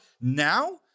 Now